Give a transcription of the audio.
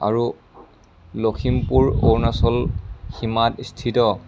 আৰু লখিমপুৰ অৰুণাচল সীমাত স্থিত